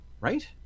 right